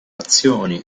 azioni